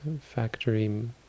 factory